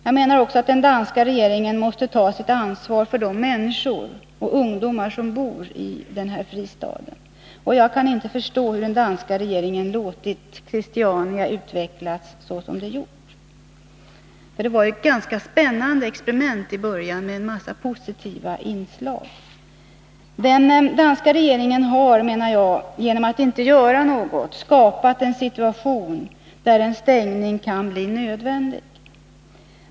Jag anser också att den danska regeringen måste ta sitt ansvar för de ungdomar som bor i denna fristad. Jag kan inte förstå att den danska regeringen låtit Christiania utvecklas såsom det gjort. Det var ett ganska spännande experiment i början med en massa positiva inslag. Den danska regeringen har, menar jag, genom att inte göra något skapat en situation där en stängning kan bli nödvändig.